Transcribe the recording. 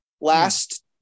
last